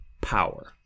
Power